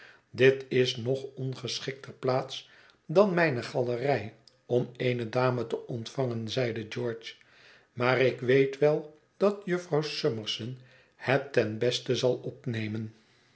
dit is nog ongeschikter plaats dan mijne galerij om eene dame te ontvangen zeide george maar ik weet wel dat jufvrouw summerson het ten beste zal opnemen